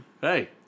Hey